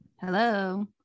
Hello